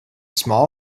small